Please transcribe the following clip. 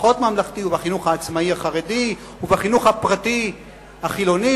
הפחות ממלכתי ובחינוך העצמאי החרדי ובחינוך הפרטי החילוני